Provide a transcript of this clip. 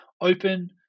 open